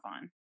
on